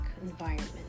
environment